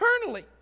eternally